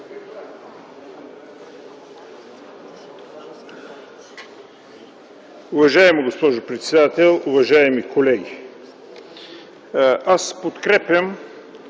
Уважаема госпожо председател, уважаеми колеги! Аз подкрепям